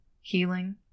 healing